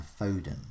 Foden